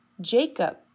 Jacob